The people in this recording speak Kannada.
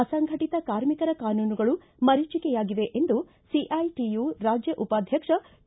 ಅಸಂಘಟಿತ ಕಾರ್ಮಿಕರ ಕಾನೂನುಗಳು ಮರಿಚೀಕೆಯಾಗಿವೆ ಎಂದು ಸಿಐಟಿಯು ರಾಜ್ಯ ಉಪಾಧ್ಯಕ್ಷ ಕೆ